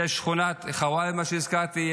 שכונת ח'וואלד שהזכרתי,